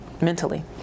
mentally